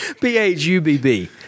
P-H-U-B-B